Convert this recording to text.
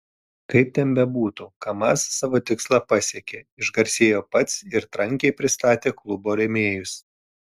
kaip ten bebūtų kamaz savo tikslą pasiekė išgarsėjo pats ir trankiai pristatė klubo rėmėjus